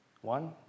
One